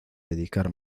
dedicar